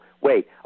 wait